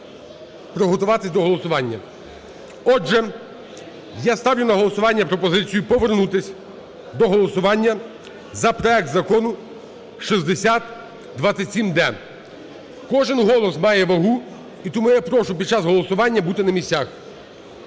Отже, я ставлю на голосування пропозицію повернутись до голосування за проект Закону 6027-д. Кожен голос має вагу, і тому я прошу під час голосування бути на місцях.